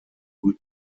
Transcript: brüten